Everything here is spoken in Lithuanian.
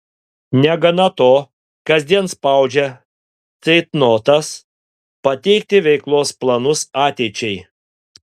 negana to kasdien spaudžia ceitnotas pateikti veiklos planus ateičiai